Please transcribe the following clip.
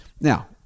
Now